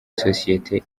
sosiyete